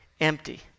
empty